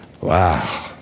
Wow